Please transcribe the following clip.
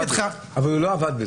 הוא לא עבד בזה.